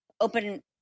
open